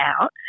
out